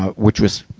ah which was,